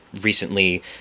recently